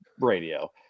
radio